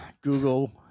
Google